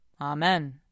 Amen